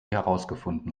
herausgefunden